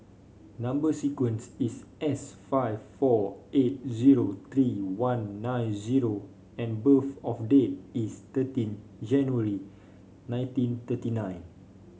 number sequence is S five four eight zero three one nine zero and birth of date is thirteen January nineteen thirty nine